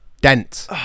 dent